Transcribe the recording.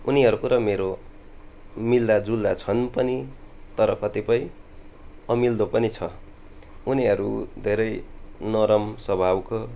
उनीहरूको र मेरो मिल्दाजुल्दा छन् पनि तर कतिपय अमिल्दो पनि छ उनीहरू धेरै नरम स्वभावको